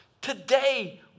Today